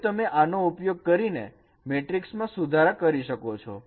હવે તમે આનો ઉપયોગ કરીને મેટ્રિકસ માં સુધારા કરી શકો છો